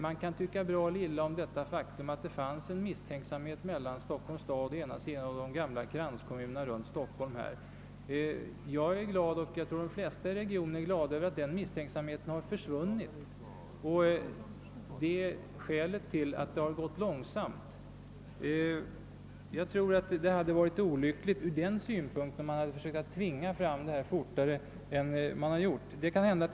Man kan tycka bra eller illa om det faktum att det rått en viss misstänksamhet i förhållandet mellan Stockholms stad å ena sidan och kranskommunerna runt Stockholm å den andra. Jag är, liksom jag tror att man är inom de flesta delar av området, glad över att denna misstänksamhet nu försvunnit. Det är den som varit en av anledningarna till att det gått så långsamt med samarbetssträvandena. Från denna synpunkt tror jag att det hade varit olyckligt att försöka tvinga fram en sammanläggning snabbare än vad som skett.